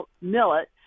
millet